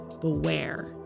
beware